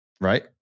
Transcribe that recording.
right